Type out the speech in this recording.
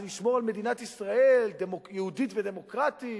שנשמור על מדינת ישראל יהודית ודמוקרטית,